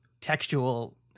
textual